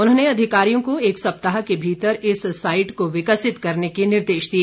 उन्होंने अधिकारियों को एक सप्ताह के भीतर इस साईट को विकसित करने के निर्देश दिए